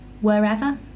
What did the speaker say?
wherever